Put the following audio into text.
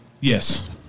Yes